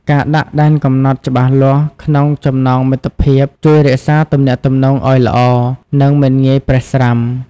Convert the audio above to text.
ការដាក់ដែនកំណត់ច្បាស់លាស់ក្នុងចំណងមិត្តភាពជួយរក្សាទំនាក់ទំនងឱ្យល្អ និងមិនងាយប្រេះស្រាំ។